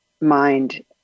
mind